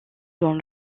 dans